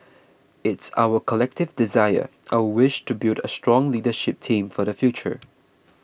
it's our collective desire our wish to build a strong leadership team for the future